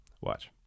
Watch